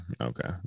okay